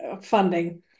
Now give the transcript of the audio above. funding